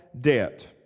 debt